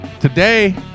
today